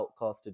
outcasted